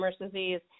disease